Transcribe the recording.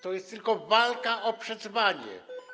To jest tylko walka o przetrwanie.